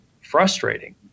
frustrating